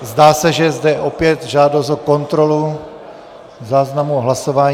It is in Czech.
Zdá se, že je zde opět žádost o kontrolu záznamu o hlasování.